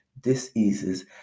diseases